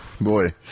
boy